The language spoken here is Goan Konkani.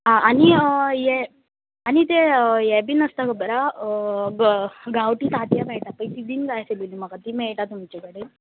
आं आनी हे आनी ते हे बीन आसता खबर आ गांवटी तातयां मेळटा पय ती बीन जाय आसलेलीं म्हाका ती मेळटा तुमचे कडेन